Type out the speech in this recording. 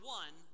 one